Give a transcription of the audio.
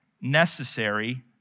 necessary